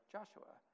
Joshua